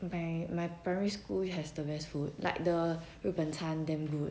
okay my primary school has the best food like the 日本餐 damm good